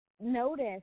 notice